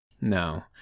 No